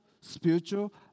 spiritual